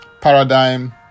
paradigm